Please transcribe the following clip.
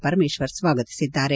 ಪರಮೇಶ್ವರ್ ಸ್ವಾಗತಿಸಿದ್ದಾರೆ